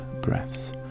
breaths